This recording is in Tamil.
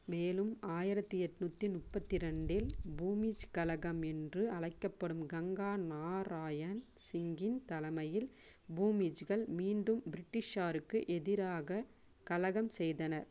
மேலும் ஆயிரத்தி எண்நூத்தி முப்பத்தி ரெண்டில் பூமிஜ் கலகம் என்று அழைக்கப்படும் கங்கா நாராயண் சிங்கின் தலைமையில் பூமிஜ்கள் மீண்டும் பிரிட்டிஷாருக்கு எதிராகக் கலகம் செய்தனர்